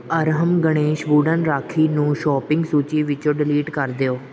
ਅਰਹਮ Ganesh wooden rakhi ਨੂੰ shopping ਸੂਚੀ ਵਿੱਚੋਂ ਡਿਲੀਟ ਕਰ ਦਿਓ